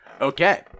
Okay